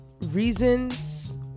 reasons